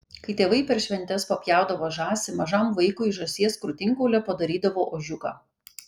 kai tėvai per šventes papjaudavo žąsį mažam vaikui iš žąsies krūtinkaulio padarydavo ožiuką